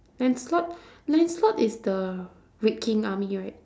lancelot lancelot is the red king army right